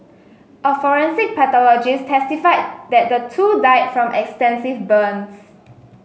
a forensic pathologist testified that the two died from extensive burns